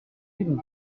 kourou